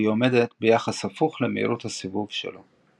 והיא עומדת ביחס הפוך למהירות הסיבוב שלו.